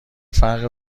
فرق